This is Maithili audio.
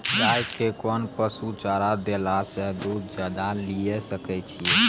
गाय के कोंन पसुचारा देला से दूध ज्यादा लिये सकय छियै?